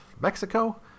Mexico